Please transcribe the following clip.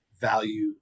value